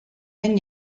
den